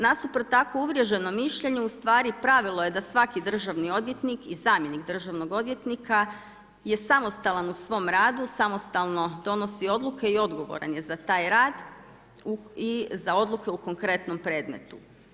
Nasuprot tako uvriježenom mišljenju u stvari pravilo je da svaki državni odvjetnik i zamjenik državnog odvjetnika je samostalan u svom radu, samostalno donosi odluke i odgovoran je za taj rad i za odluke u konkretnom predmetu.